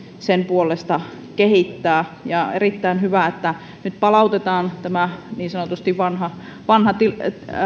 sen puolesta kehittää on erittäin hyvä että nyt palautetaan niin sanotusti tämä vanha tila